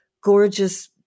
gorgeous